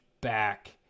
back